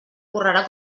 correrà